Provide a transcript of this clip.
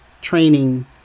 training